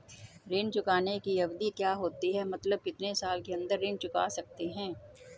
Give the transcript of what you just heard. ऋण चुकाने की अवधि क्या होती है मतलब कितने साल के अंदर ऋण चुका सकते हैं?